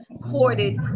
courted